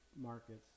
markets